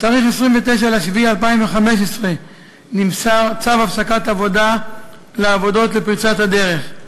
2 3. בתאריך 29 ביולי 2015 נמסר צו הפסקת עבודה לעבודות לפריצת הדרך.